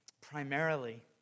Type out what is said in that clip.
primarily